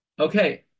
Okay